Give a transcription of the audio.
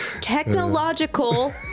technological